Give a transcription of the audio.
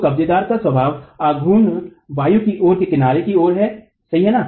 तो कब्जेदार का स्वभाविक आघूर्ण वायु की ओर के किनारे की ओर है सही हा न